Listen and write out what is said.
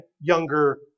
younger